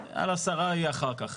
הסערה תהיה אחר כך.